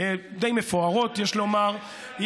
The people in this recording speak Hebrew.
די מפוארות, יש לומר.